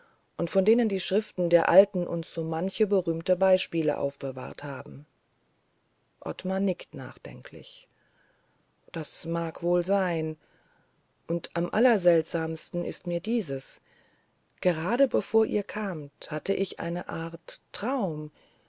und von denen die schriften der alten uns so manche berühmte beispiele aufbewahrt haben ottmar nickt nachdenklich das mag wohl sein und am allerseltsamsten ist mir dieses gerade bevor ihr kamt hatte ich eine art traum